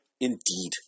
Indeed